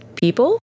people